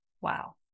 wow